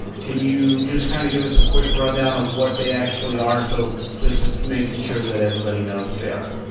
can you just kind of give us a quick run down of what they actually are so just making sure that everybody knows what they are.